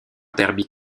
derby